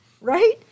right